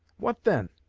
what then?